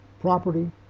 Property